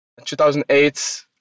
2008